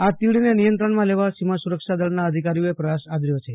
આ તીડને નિયંત્રણમાં લેવા સીમા સુરક્ષા દળના અધિકારીઓએ પ્રયાસ આદર્યો છે